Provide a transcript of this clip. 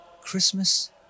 Christmas